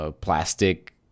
plastic